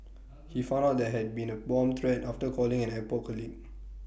he found out there had been A bomb threat after calling an airport colleague